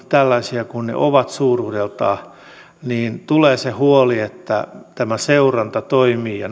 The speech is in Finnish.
tällaisia kuin ne ovat suuruudeltaan tulee se huoli että tämä seuranta toimii ja